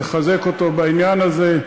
לחזק אותו בעניין הזה,